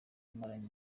amaranye